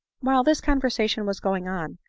while this, conversation was going on,